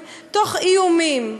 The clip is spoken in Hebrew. תוך איומים,